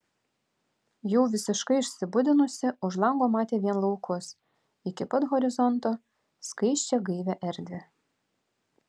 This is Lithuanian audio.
jau visiškai išsibudinusi už lango matė vien laukus iki pat horizonto skaisčią gaivią erdvę